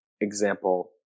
example